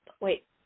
Wait